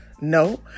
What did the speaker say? no